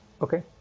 Okay